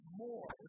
more